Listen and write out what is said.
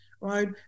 right